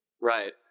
Right